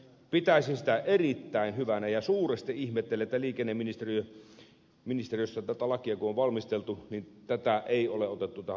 pitäisin sitä erittäin hyvänä ja suuresti ihmettelen että kun liikenneministeriössä tätä lakia on valmisteltu tätä ei ole otettu tähän lakiesitykseen mukaan